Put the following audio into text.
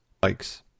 Bikes